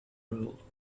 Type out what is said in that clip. rule